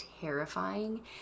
terrifying